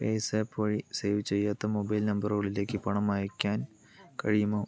പേ swap വഴി save ചെയ്യാത്ത mobile നമ്പറുകളിലേക്ക് പണം അയക്കാൻ കഴിയുമോ